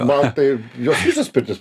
man tai jos visos pirtys